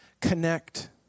connect